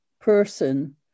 person